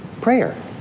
prayer